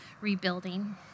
rebuilding